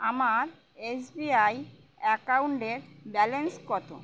আমার এসবিআই অ্যাকাউন্টের ব্যালেন্স কত